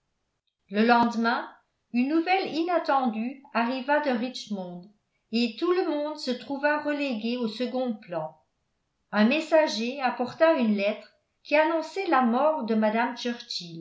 le lendemain une nouvelle inattendue arriva de richmond et tout le monde se trouva relégué au second plan un messager apporta une lettre qui annonçait la mort de mme